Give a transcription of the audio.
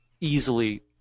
easily